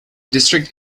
district